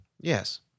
Yes